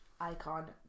Icon